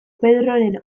pedroren